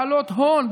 בעלות הון,